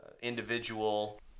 individual